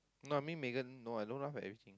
not me Megan no I don't laugh everything